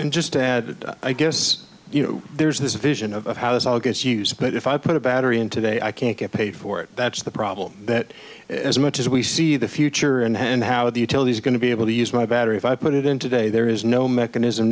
add i guess you know there's this vision of how this all gets used but if i put a battery in today i can't get paid for it that's the problem that as much as we see the future and how the utilities are going to be able to use my better if i put it in today there is no mechanism